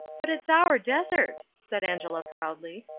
but it's our desert, said angela proudly.